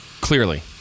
clearly